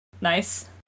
Nice